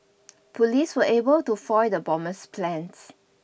police were able to foil the bomber's plans